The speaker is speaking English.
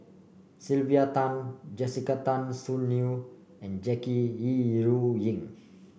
Sylvia Tan Jessica Tan Soon Neo and Jackie Yi Ru Ying